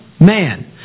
man